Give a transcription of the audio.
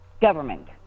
government